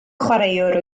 chwaraewr